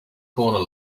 corner